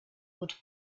would